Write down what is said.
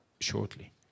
shortly